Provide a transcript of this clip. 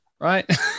Right